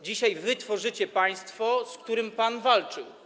Dzisiaj wy tworzycie państwo, z którym pan walczył.